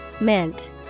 Mint